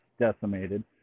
decimated